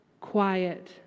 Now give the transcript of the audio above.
quiet